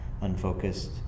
unfocused